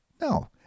No